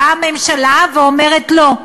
באה הממשלה ואומרת: לא.